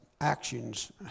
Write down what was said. actions